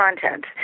content